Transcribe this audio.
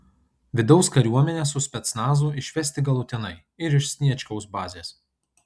vidaus kariuomenę su specnazu išvesti galutinai ir iš sniečkaus bazės